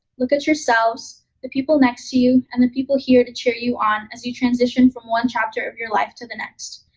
look at yourselves, the people next to you, and the people here to cheer you on as you transition from one chapter of your life to the next.